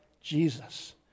Jesus